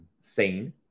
seen